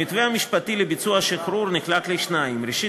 המתווה המשפטי לביצוע השחרור נחלק לשניים: ראשית,